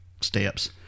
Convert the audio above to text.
steps